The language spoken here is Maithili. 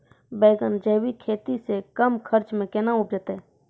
बैंगन जैविक खेती से कम खर्च मे कैना उपजते?